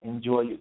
Enjoy